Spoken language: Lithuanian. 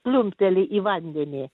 pliumpteli į vandenį